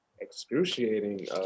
excruciating